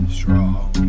strong